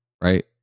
right